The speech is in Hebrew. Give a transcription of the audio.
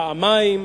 פעמיים,